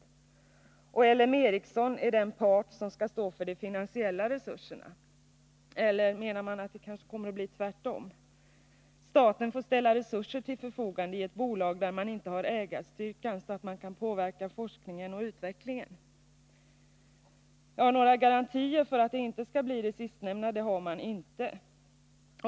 Menar man att L M Ericsson är den part som skall stå för de finansiella resurserna? Eller menar man att det kanske kommer att bli tvärtom? Staten får ställa resurser till förfogande i ett bolag där man inte har en sådan ägarstyrka att man kan påverka forskningen och utvecklingen. Ja, några garantier för att det inte skall bli det sistnämnda har man inte.